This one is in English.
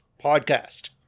podcast